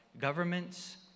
governments